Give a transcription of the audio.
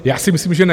Já si myslím, že ne.